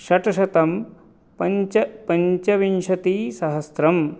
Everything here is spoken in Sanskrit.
षट् शतं पञ्चपञ्चविंशतिसहस्रम्